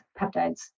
peptides